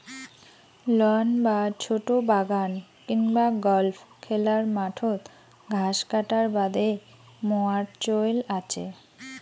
loan বা ছোট বাগান কিংবা গল্ফ খেলার মাঠত ঘাস কাটার বাদে মোয়ার চইল আচে